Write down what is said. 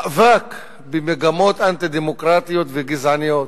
שהמאבק במגמות אנטי-דמוקרטיות וגזעניות,